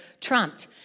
trumped